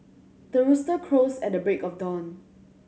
the rooster crows at the break of dawn